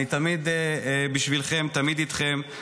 אני תמיד בשבילכם, תמיד איתכם.